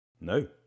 No